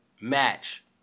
match